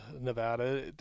Nevada